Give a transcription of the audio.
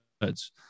words